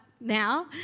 now